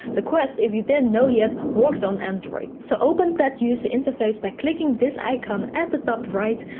the quest, if you didn't know yet, works on android. so open that user interface by clicking this icon at the top right.